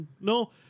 No